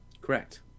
Correct